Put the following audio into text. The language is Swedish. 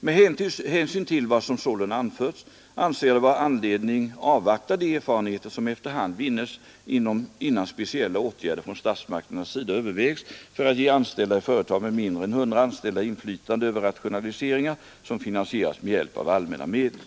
Med hänsyn till vad som sålunda anförts anser jag det vara anledning avvakta de erfarenheter som efter hand vinns innan speciella åtgärder från statsmakternas sida övervägs för att ge anställda i företag med mindre än 100 anställda inflytande över rationaliseringar som finansieras med hjälp av allmänna medel.